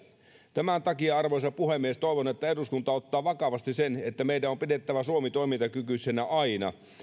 tämän takia arvoisa puhemies toivon että eduskunta ottaa vakavasti sen että meidän on pidettävä suomi toimintakykyisenä aina